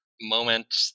moment